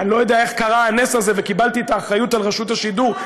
אני לא יודע איך קרה הנס הזה וקיבלתי את האחריות לרשות השידור,